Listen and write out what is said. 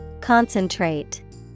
Concentrate